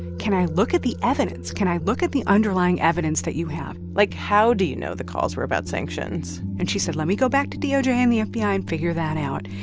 can i look at the evidence? can i look at the underlying evidence that you have like, how do you know the calls were about sanctions? and she said, let me go back to doj and the fbi and figure that out.